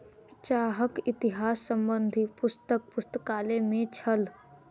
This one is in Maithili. चाहक इतिहास संबंधी पुस्तक पुस्तकालय में छल